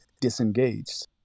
disengaged